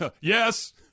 Yes